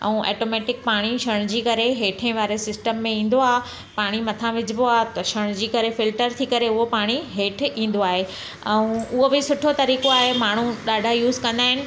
ऐं ऐटोमैटिक पाणी छणिजी करे हेटे वारे सिस्टम में ईंदो आहे पाणी मथा विझिबो आहे त छणिजी करे फिल्टर थी करे उहो पाणी हेठे ईंदो आहे ऐं उअ बि सुठो तरीक़ो आहे माण्हू ॾाढा यूस कंदा आहिनि